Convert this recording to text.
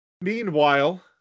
Meanwhile